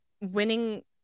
winning